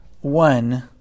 one